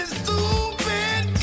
stupid